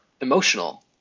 emotional